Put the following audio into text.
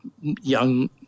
young